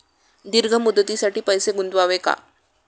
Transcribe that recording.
दीर्घ मुदतीसाठी पैसे गुंतवावे का?